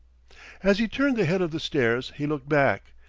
as he turned the head of the stairs he looked back.